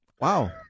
wow